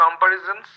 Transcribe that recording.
comparisons